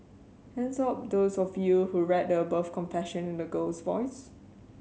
hands up those of you who read the above confession in a girl's voice